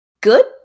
good